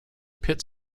pit